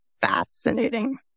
Fascinating